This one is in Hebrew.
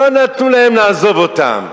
לא נתנו להם לעזוב אותם.